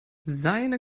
seine